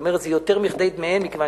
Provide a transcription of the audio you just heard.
זאת אומרת זה יותר מכדי דמיהם מכיוון